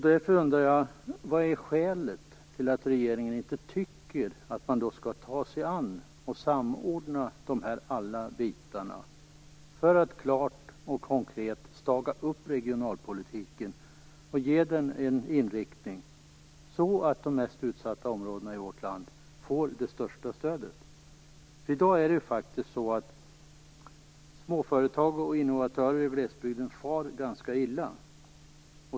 Därför undrar jag: Vad är skälet till att regeringen inte vill ta sig an och samordna alla bitar för att klart och konkret staga upp regionalpolitiken och ge den en inriktning så att de mest utsatta områdena i vårt land får det största stödet? Småföretagare och innovatörer i glesbygden far i dag ganska illa.